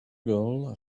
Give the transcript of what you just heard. girl